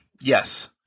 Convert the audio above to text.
yes